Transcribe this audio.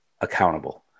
accountable